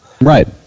Right